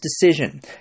decision